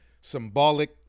symbolic